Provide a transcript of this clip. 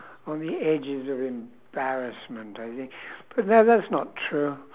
on the edges of embarrassment I think but that that's not true